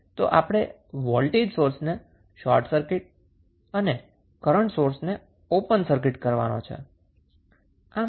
તો આપણે વોલ્ટેજ સોર્સને શોર્ટ સર્કીટ અને કરન્ટ સોર્સ ને ઓપન સર્કીટ કરવાનો છે